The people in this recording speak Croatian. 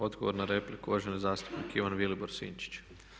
Odgovor na repliku, uvaženi zastupnik Ivan Vilibor Sinčić.